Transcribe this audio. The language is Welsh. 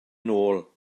nôl